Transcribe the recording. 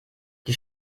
die